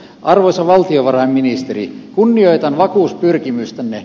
arvoisa valtiovarainministeri kunnioitan vakuuspyrkimystänne